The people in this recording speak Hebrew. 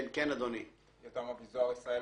אנא חסוך, חסוך